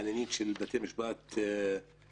עניינים של בתי משפט שלום.